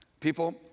People